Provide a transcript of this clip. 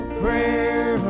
prayer